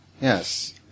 Yes